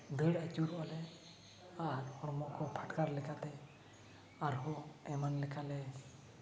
ᱫᱟᱹᱲ ᱟᱪᱩᱨᱚᱜ ᱟᱞᱮ ᱟᱨ ᱦᱚᱲᱢᱚ ᱠᱚ ᱯᱷᱟᱴᱠᱟᱨ ᱞᱮᱠᱟᱛᱮ ᱟᱨ ᱦᱚᱸ ᱮᱢᱟᱱ ᱞᱮᱠᱟᱞᱮ